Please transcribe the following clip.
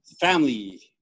Family